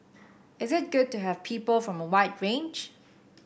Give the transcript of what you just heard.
is it good to have people from a wide range